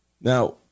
Now